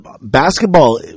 Basketball